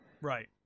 Right